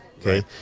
okay